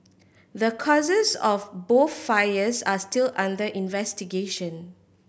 the causes of both fires are still under investigation